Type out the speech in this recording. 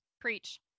preach